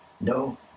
No